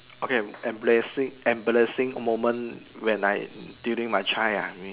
okay embarrassing embarrassing moment when I during my chair ah